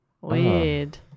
Weird